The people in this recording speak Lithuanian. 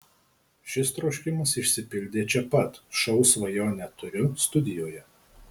šis troškimas išsipildė čia pat šou svajonę turiu studijoje